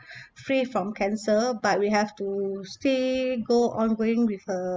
free from cancer but we have to still go on going with her